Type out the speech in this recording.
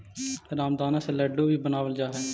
रामदाना से लड्डू भी बनावल जा हइ